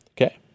Okay